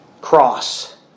cross